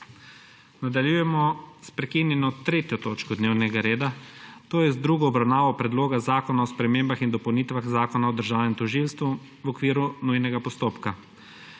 Nadaljujemo s prekinjeno 3. točko dnevnega reda, to je z drugo obravnavo Predloga zakona o spremembah in dopolnitvah Zakona o državnem tožilstvu, v okviru nujnega postopka.